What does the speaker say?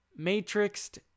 matrixed